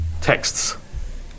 texts